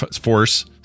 Force